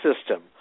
system